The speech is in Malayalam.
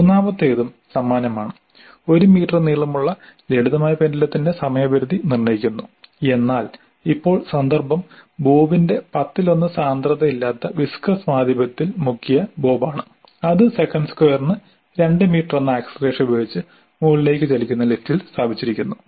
മൂന്നാമത്തേതും സമാനമാണ് 1 മീറ്റർ നീളമുള്ള ലളിതമായ പെൻഡുലത്തിന്റെ സമയപരിധി നിർണ്ണയിക്കുന്നു എന്നാൽ ഇപ്പോൾ സന്ദർഭം ബോബിന്റെ പത്തിലൊന്ന് സാന്ദ്രതയില്ലാത്ത വിസ്കോസ് മാധ്യമത്തിൽ മുക്കിയ ബോബ് ആണ് അത് സെക്കൻഡ് സ്ക്വയറിന് 2 മീറ്റർ എന്ന ആക്സിലറേഷൻ ഉപയോഗിച്ച് മുകളിലേക്ക് ചലിക്കുന്ന ലിഫ്റ്റിൽ സ്ഥാപിച്ചിരിക്കുന്നു